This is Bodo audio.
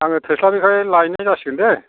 आङो थोस्लाबिखाय लायनाय जासिगोन दे